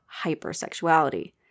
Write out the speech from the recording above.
hypersexuality